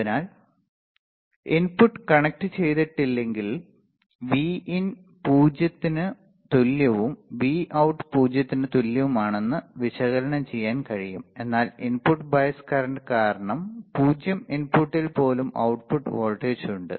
അതിനാൽ ഇൻപുട്ട് കണക്റ്റുചെയ്തിട്ടില്ലെങ്കിൽ Vin 0 ന് തുല്യവും Vout 0 ന് തുല്യവുമാണെന്ന് വിശകലനം ചെയ്യാൻ കഴിയും എന്നാൽ ഇൻപുട്ട് ബയസ് കറന്റ് കാരണം 0 ഇൻപുട്ടിൽ പോലും output വോൾട്ടേജ് ഉണ്ട്